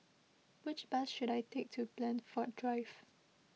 which bus should I take to Blandford Drive